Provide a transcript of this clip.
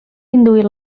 induir